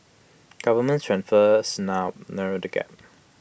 government transfers narrow the gap